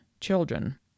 children